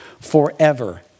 forever